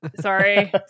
Sorry